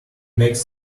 makes